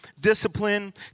discipline